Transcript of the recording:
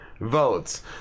votes